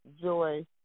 joy